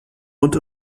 rund